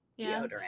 deodorant